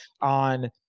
on